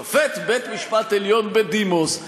שופט בית-המשפט העליון בדימוס.